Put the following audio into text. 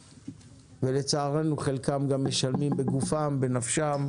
ולצערנו חלקם גם משלמים בגופם ובנפשם,